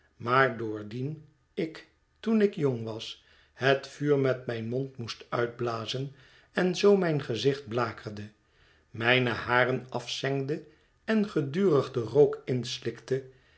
maar doordien ik toen ik jong was het vuur met mijn mond moest uitblazen en zoo mijn gezicht blakerde mijne haren afzengde en gedurig den rook inslikte